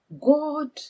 God